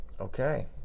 Okay